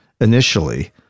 initially